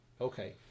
Okay